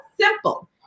simple